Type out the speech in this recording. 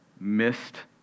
missed